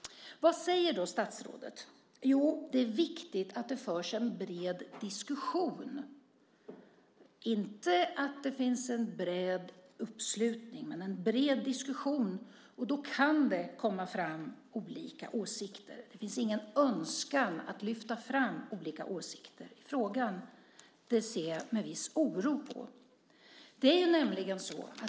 Vad säger då statsrådet? Jo, det är viktigt att det förs en bred diskussion - inte att det finns en bred uppslutning - och då kan det komma fram olika åsikter. Det finns ingen önskan att lyfta fram olika åsikter i frågan. Det ser jag med viss oro på.